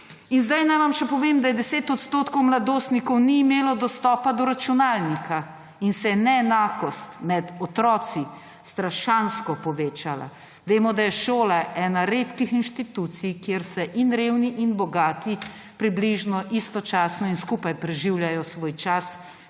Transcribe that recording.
Zdaj naj vam še povem, da 10 % mladostnikov ni imelo dostopa do računalnika in se je neenakost med otroki strašansko povečala. Vemo, da je šola ena redkih inštitucij, kjer so in revni in bogati približno istočasno, skupaj preživljajo svoj čas,